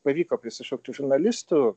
pavyko prisišaukti žurnalistų